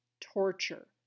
torture